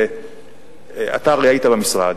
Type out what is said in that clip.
אתה הרי היית במשרד,